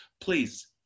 please